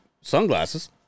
sunglasses